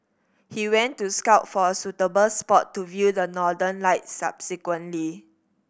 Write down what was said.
he went to scout for a suitable spot to view the Northern Lights subsequently